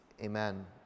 Amen